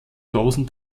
großen